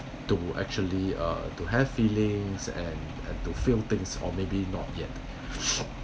to actually uh to have feelings and to feel things or maybe not yet